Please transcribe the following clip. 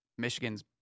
Michigan's